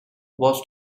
was